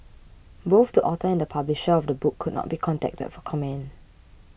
both the author and publisher of the book could not be contacted for comment